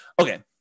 Okay